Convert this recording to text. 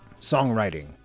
songwriting